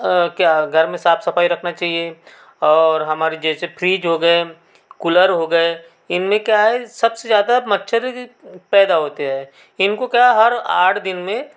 क्या घर में साफ़ सफ़ाई रखना चहिए और हमारे जैसे फ्रिज हो गए कूलर हो गए इनमें क्या है सबसे ज़्यादा मच्छर पैदा होते हैं इनको क्या हर आठ दिन में